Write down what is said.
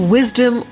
Wisdom